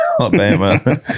Alabama